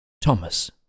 Thomas